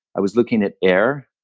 i was looking at air.